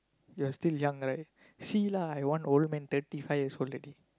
you're still young right see lah I one old man thirty five years old already